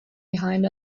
behind